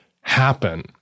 happen